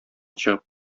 чыгып